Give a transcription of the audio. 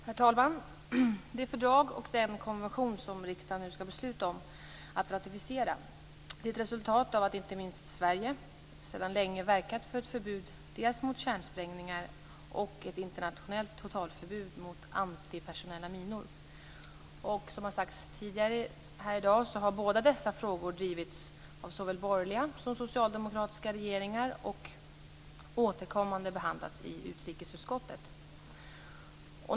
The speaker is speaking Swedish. Herr talman! Det fördrag och den konvention som riksdagen skall besluta om att ratificera är ett resultat av att inte minst Sverige sedan länge verkat för ett förbud dels mot kärnsprängningar, dels ett internationellt totalförbud mot antipersonella minor. Som har sagts tidigare i dag har båda dessa frågor drivits av såväl borgerliga som socialdemokratiska regeringar och återkommande behandlats i utrikesutskottet.